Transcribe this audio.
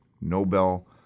Nobel